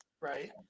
Right